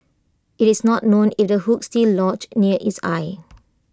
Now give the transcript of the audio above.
IT is not known if the hook is still lodged near its eye